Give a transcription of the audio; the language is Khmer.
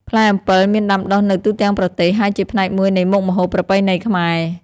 ផ្លែអំពិលមានដាំដុះនៅទូទាំងប្រទេស ហើយជាផ្នែកមួយនៃមុខម្ហូបប្រពៃណីខ្មែរ។